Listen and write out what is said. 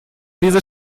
diese